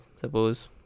Suppose